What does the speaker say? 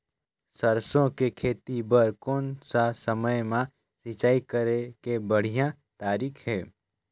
सरसो के खेती बार कोन सा समय मां सिंचाई करे के बढ़िया तारीक हे?